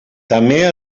també